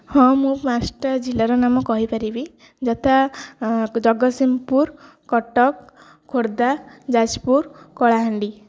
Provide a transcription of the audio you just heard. ହଁ ମୁଁ ପାଞ୍ଚଟା ଜିଲ୍ଲାର ନାମ କହିପାରିବି ଯଥା ଜଗତସିଂହପୁର କଟକ ଖୋର୍ଦ୍ଧା ଯାଜପୁର କଳାହାଣ୍ଡି